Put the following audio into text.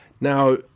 Now